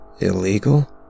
illegal